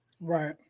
Right